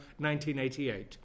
1988